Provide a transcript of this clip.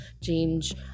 change